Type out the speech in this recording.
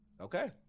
Okay